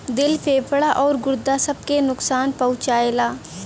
दिल फेफड़ा आउर गुर्दा सब के नुकसान पहुंचाएला